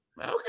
okay